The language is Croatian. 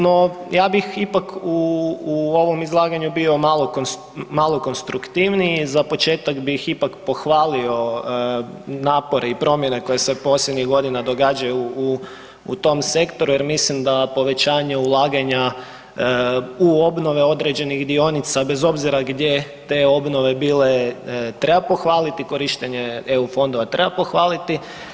No ja bih ipak u ovom izlaganju bio malo konstruktivniji i za početak bih ipak pohvalio napore i promjene koje se posljednjih godina događaju u tom sektoru jer mislim da povećanje ulaganja u obnove određenih dionica bez obzira gdje te obnove bile treba pohvaliti, korištenje eu fondova treba pohvaliti.